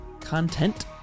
content